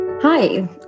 Hi